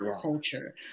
culture